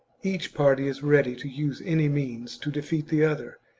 each party is ready to use any means to defeat the other,